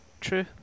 True